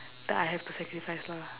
that I have to sacrifice lah